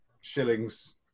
shillings